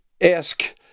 ask